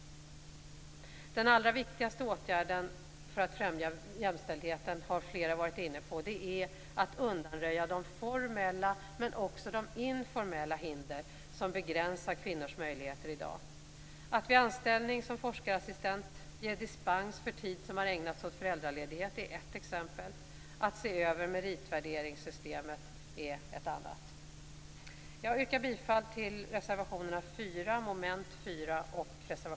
Den allra viktigaste åtgärden för att främja jämställdheten är, som flera har varit inne på, att undanröja de formella men också de informella hinder som i dag begränsar kvinnors möjligheter. Att vid anställande av forskarassistent ge dispens för tid som har ägnats åt föräldraledighet är ett exempel. Att se över meritvärderingssystemet är ett annat. Jag yrkar bifall till reservation 4 under mom. 4